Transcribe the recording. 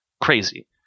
crazy